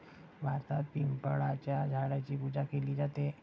भारतात पिंपळाच्या झाडाची पूजा केली जाते